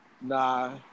Nah